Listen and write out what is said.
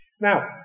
Now